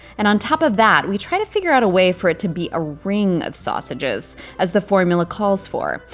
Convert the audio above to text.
and on top of that, we try to figure out a way for it to be a ring of sausages as the formula calls for,